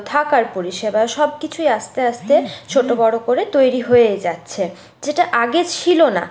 থাকার পরিষেবা সব কিছুই আস্তে আস্তে ছোট বড় করে তৈরি হয়ে যাচ্ছে যেটা আগে ছিল না